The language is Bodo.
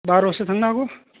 बार'सो थांनो हागौ